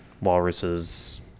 Walrus's